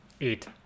Eight